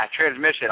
transmission